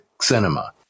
cinema